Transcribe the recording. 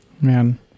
Man